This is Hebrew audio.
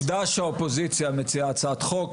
עובדה שהאופוזיציה מציעה הצעת חוק,